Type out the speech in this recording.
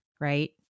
right